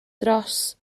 dros